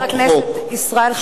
חבר הכנסת ישראל חסון.